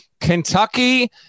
Kentucky